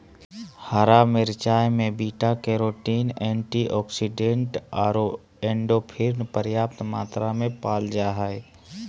हरा मिरचाय में बीटा कैरोटीन, एंटीऑक्सीडेंट आरो एंडोर्फिन पर्याप्त मात्रा में पाल जा हइ